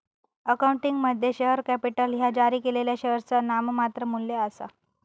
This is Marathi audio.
अकाउंटिंगमध्ये, शेअर कॅपिटल ह्या जारी केलेल्या शेअरचा नाममात्र मू्ल्य आसा